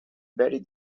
very